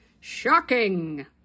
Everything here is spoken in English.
Shocking